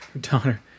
Donner